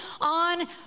on